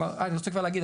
אני רוצה כבר להגיד,